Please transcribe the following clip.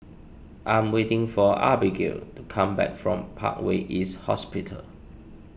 I am waiting for Abagail to come back from Parkway East Hospital